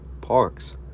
parks